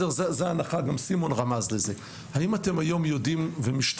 זו ההנחה, וגם סימון רמז לזה.